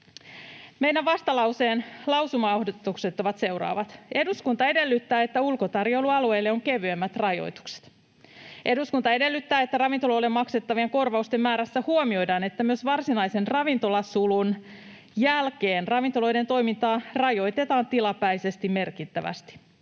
Meidän vastalauseemme lausumaehdotukset ovat seuraavat: ”Eduskunta edellyttää, että ulkotarjoilualueilla on kevyemmät rajoitukset.” ”Eduskunta edellyttää, että ravintoloille maksettavien korvausten määrässä huomioidaan, että myös varsinaisen ravintolasulun (9.3.—18.4.2021) jälkeen ravintoloiden toimintaa rajoitetaan tilapäisesti merkittävästi.”